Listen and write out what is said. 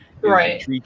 Right